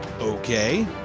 okay